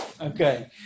Okay